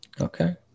Okay